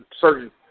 certain